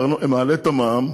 חמור.